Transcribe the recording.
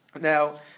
Now